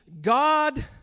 God